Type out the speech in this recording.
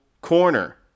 corner